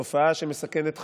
תופעה שמסכנת חיים,